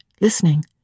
listening